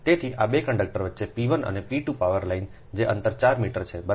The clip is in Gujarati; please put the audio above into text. તેથી આ 2 કંડક્ટર વચ્ચે P 1 અને P 2 પાવર લાઇન જે અંતર 4 મીટર છે બરાબર